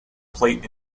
plate